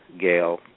Gail